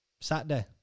Saturday